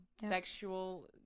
sexual